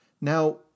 Now